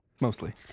Mostly